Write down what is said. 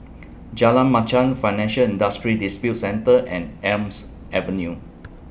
Jalan Machang Financial Industry Disputes Center and Elm's Avenue